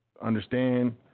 Understand